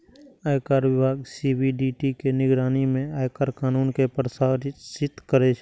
आयकर विभाग सी.बी.डी.टी के निगरानी मे आयकर कानून कें प्रशासित करै छै